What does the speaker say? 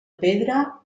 pedra